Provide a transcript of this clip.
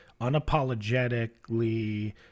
unapologetically